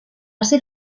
ser